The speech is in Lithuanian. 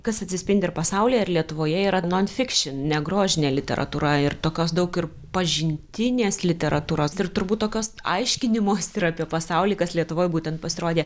kas atsispindi ir pasaulyje ir lietuvoje yra non fikšin negrožinė literatūra ir tokios daug ir pažintinės literatūros ir turbūt tokios aiškinimos ir apie pasaulį kas lietuvoje būtent pasirodė